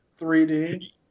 3D